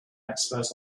expert